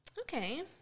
okay